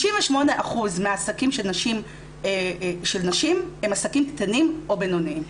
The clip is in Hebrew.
98% מהעסקים של נשים הם עסקים קטנים או בינוניים.